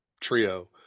trio